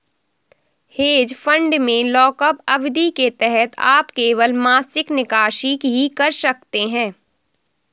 hedge fund में lockup अवधि के तहत आप केवल मासिक निकासी ही कर सकते हैं